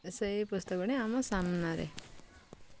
ସେଇ ପୁସ୍ତକଟି ଆମ ସାମ୍ନାରେ